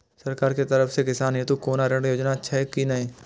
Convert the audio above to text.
सरकार के तरफ से किसान हेतू कोना ऋण योजना छै कि नहिं?